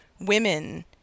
Women